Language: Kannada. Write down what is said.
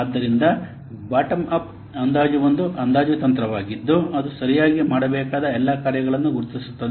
ಆದ್ದರಿಂದ ಬಾಟಮ್ ಅಪ್ ಅಂದಾಜು ಒಂದು ಅಂದಾಜು ತಂತ್ರವಾಗಿದ್ದು ಅದು ಸರಿಯಾಗಿ ಮಾಡಬೇಕಾದ ಎಲ್ಲಾ ಕಾರ್ಯಗಳನ್ನು ಗುರುತಿಸುತ್ತದೆ